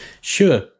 sure